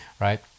right